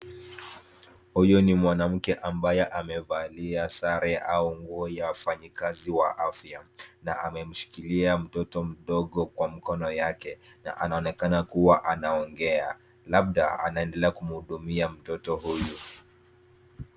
Huyu ni mwanamke ambaye amevalia sare au nguo ya wafanyikazi wa afya na amemshikilia mtoto mdogo kwa mkono yake na anaonekana kuwa anaongea labda anaendelea kumhudumia mtoto huyu.